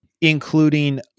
including